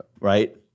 right